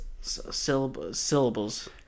syllables